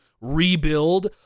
rebuild